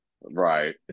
Right